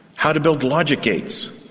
how to build logic gates,